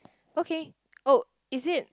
okay !woah! is it